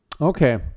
Okay